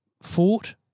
fought